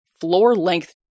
floor-length